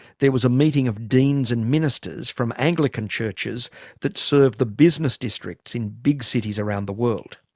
there was a meeting of deans and ministers from anglican churches that serve the business district in big cities around the world.